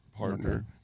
Partner